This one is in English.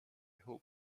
hope